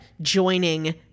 joining